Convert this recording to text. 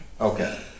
Okay